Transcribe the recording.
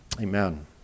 Amen